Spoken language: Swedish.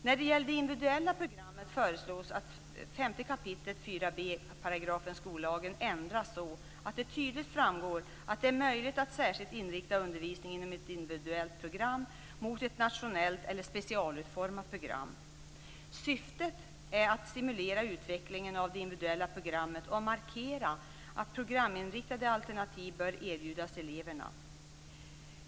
När det gäller det individuella programmet föreslås att 5 kap. 4b § skollagen ändras så att det tydligt framgår att det är möjligt att särskilt inrikta undervisning inom ett individuellt program mot ett nationellt eller specialutformat program. Syftet är att stimulera utvecklingen av det individuella programmet och markera att programinriktade alternativ bör erbjudas eleverna.